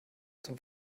zum